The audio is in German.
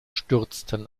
stürzten